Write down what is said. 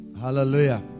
hallelujah